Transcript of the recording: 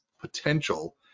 potential